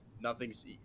Nothing's